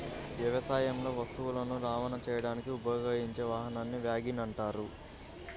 వ్యవసాయంలో వస్తువులను రవాణా చేయడానికి ఉపయోగించే వాహనాన్ని వ్యాగన్ అంటారు